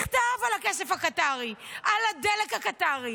מכתב על הכסף הקטרי, על הדלק הקטרי.